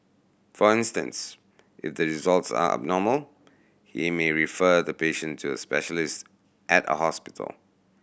for instance if the results are abnormal he may refer the patient to a specialist at a hospital